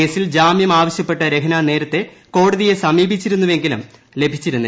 കേസിൽ ജാമ്യം ആവശ്യപ്പെട്ട് രഹ്ന നേരത്തെ കോടതിയെ സമീപിച്ചിരുന്നുവെങ്കിലും ലഭിച്ചിരുന്നില്ല